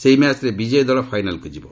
ସେହି ମ୍ୟାଚ୍ରେ ବିଜୟୀ ଦଳ ଫାଇନାଲ୍କୁ ଯିବ